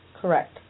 Correct